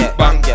bang